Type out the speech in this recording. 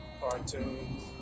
cartoons